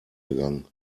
gegangen